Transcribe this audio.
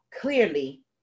clearly